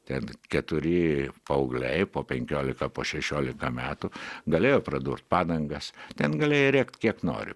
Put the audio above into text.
ten keturi paaugliai po penkiolika po šešiolika metų galėjo pradurt padangas ten galėjai rėkti kiek nori